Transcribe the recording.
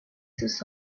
sus